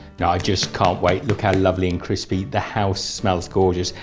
now i just can't wait, look how lovely and crispy, the house smells gorgeous,